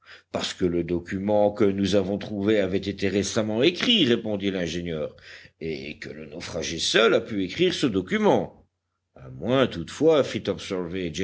parce que le document que nous avons trouvé avait été récemment écrit répondit l'ingénieur et que le naufragé seul a pu écrire ce document à moins toutefois